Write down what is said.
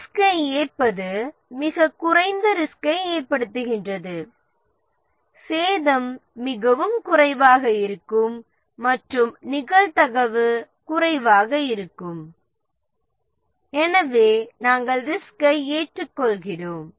ரிஸ்கை ஏற்பது மிகக் குறைந்த ரிஸ்கை ஏற்படுத்துகின்றது சேதம் மிகவும் குறைவாக இருக்கும் மற்றும் நிகழ்தகவு குறைவாக இருக்கும் எனவே நாம் ரிஸ்கை ஏற்றுக்கொள்கிறோம்